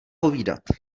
povídat